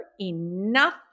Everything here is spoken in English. enough